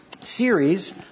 series